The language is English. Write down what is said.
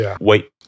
Wait